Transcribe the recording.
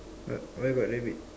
uh uh where got rabbit